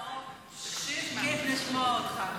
נאור, פשוט כיף לשמוע אותך.